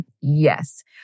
Yes